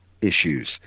issues